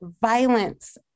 violence